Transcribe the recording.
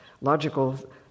logical